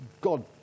God